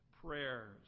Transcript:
Prayers